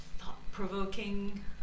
thought-provoking